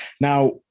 Now